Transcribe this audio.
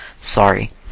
Sorry